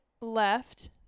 left